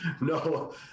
No